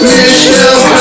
Michelle